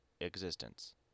existence